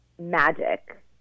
magic